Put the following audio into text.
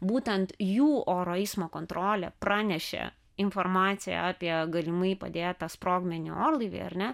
būtent jų oro eismo kontrolė pranešė informaciją apie galimai padėtą sprogmenį orlaivy ar ne